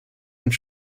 uns